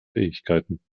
fähigkeiten